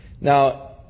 Now